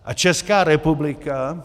A Česká republika...